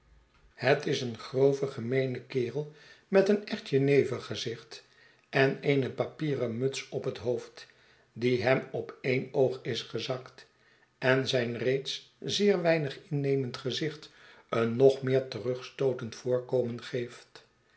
het is een grove gemeene kerel met een ml be lommerbhouber echt jenevergezicht en eene papieren muts op het hoofd die hem op en oog is gezakt en zijn reeds zeer weinig innemend gezicht een nog meer terugstootend voorkomen geeft